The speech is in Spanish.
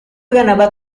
ganaba